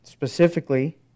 Specifically